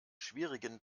schwierigen